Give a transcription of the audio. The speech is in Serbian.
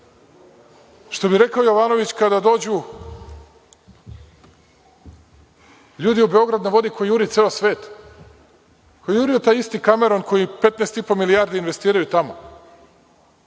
Što bi rekao Jovanović, kada dođu ljudi u Beograd na vodi, koje juri ceo svet, koje je jurio taj isti Kameron koji 15,5 milijardi investiraju tamo,